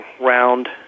round